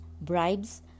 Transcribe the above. bribes